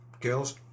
girls